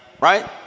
right